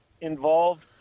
involved